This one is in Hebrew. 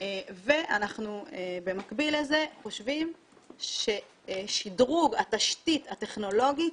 ואנחנו במקביל לזה חושבים ששדרוג התשתית הטכנולוגית